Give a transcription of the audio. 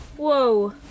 whoa